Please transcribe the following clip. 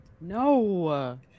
No